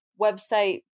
Website